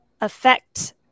affect